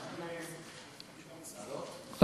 הכנסת,